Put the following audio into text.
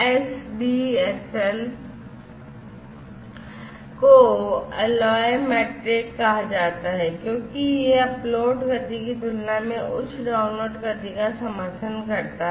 एDSLको अलॉयमेट्रिक कहा जाता है क्योंकि यह अपलोड गति की तुलना में उच्च डाउनलोड गति का समर्थन करता है